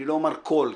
אני לא אומר כול,